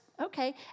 okay